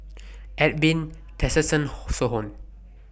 Edwin Tessensohn